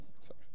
Sorry